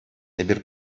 эпир